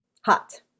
Hot